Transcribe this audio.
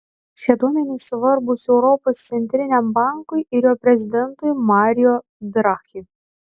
šie duomenys svarbūs europos centriniam bankui ir jo prezidentui mario draghi